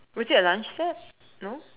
was it a lunch set no